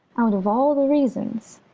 out of all the reasons,